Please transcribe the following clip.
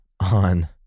on